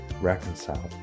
reconciled